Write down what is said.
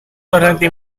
berhenti